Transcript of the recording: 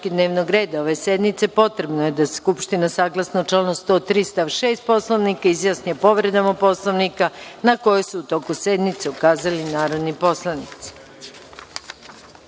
dnevnog reda ove sednice, potrebno je da se Skupština, saglasno članu 103. stav 6. Poslovnika, izjasni o povredama Poslovnika na koje su u toku sednice ukazali narodni poslanici. Prelazimo